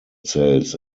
sales